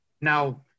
Now